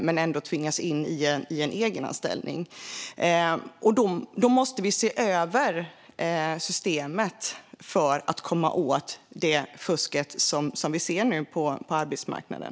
De tvingas i stället in i egenanställning. Därför måste vi se över systemet. Det handlar om att komma åt det fusk vi ser på arbetsmarknaden.